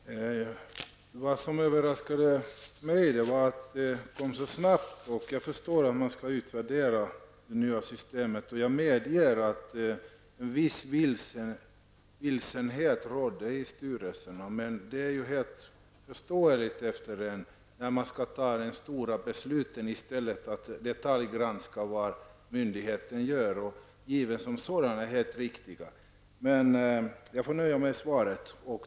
Fru talman! Jag blev överraskad av att detta kom så snabbt. Jag förstår att det nya systemet måste utvärderas. Jag medger att en viss vilsenhet rådde i styrelserna. Men det är helt förståeligt när man i stället för att fatta stora beslut skall detaljgranska vad myndigheter gör. Jag får nöja mig med svaret.